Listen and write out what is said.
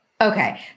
Okay